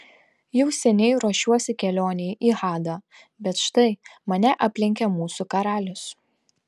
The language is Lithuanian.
jau seniai ruošiuosi kelionei į hadą bet štai mane aplenkia mūsų karalius